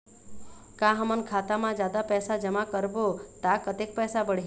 का हमन खाता मा जादा पैसा जमा करबो ता कतेक पैसा बढ़ही?